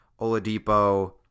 Oladipo